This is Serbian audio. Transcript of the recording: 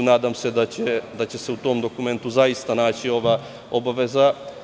Nadam se da će se u tom dokumentu zaista naći ova obaveza.